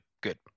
Good